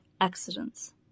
accidents